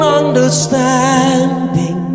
understanding